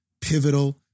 pivotal